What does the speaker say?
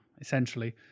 essentially